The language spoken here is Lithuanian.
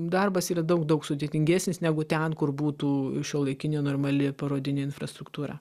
darbas yra daug daug sudėtingesnis negu ten kur būtų šiuolaikinė normali parodinė infrastruktūra